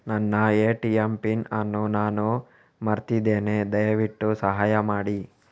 ನನ್ನ ATM PIN ಅನ್ನು ನಾನು ಮರ್ತಿದ್ಧೇನೆ, ದಯವಿಟ್ಟು ಸಹಾಯ ಮಾಡಿ